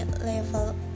level